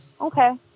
Okay